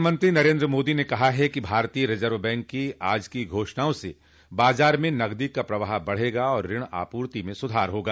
प्रधानमंत्री नरेन्द्र मोदी ने कहा है कि भारतीय रिजर्व बैंक की आज की घोषणाओं से बाजार में नकदी का प्रवाह बढ़ेगा और ऋण आपूर्ति में सुधार होगा